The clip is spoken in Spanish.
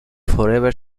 forever